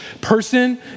person